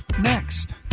Next